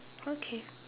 okay